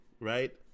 right